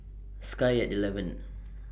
Sky At eleven